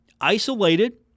isolated